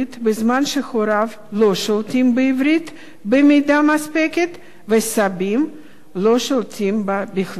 בזמן שהוריו לא שולטים בעברית במידה מספקת והסבים לא שולטים בה בכלל.